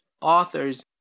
authors